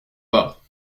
bas